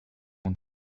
want